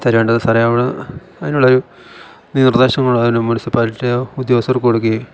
തരുവേണ്ടത് അതിനുള്ള ഒരു നിർദ്ദേശങ്ങളും അതിന് മുൻസിപ്പാലിറ്റിയോ ഉദ്യോഗസ്ഥർക്ക് കൊടുക്കുകയും